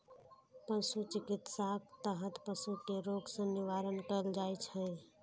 पशु चिकित्साक तहत पशु कें रोग सं निवारण कैल जाइ छै